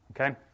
okay